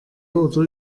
oder